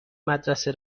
مدرسه